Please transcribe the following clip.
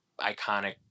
iconic